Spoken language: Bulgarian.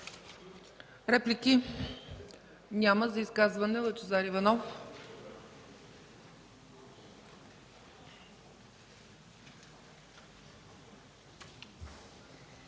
Реплики? Няма. За изказване – Лъчезар Иванов.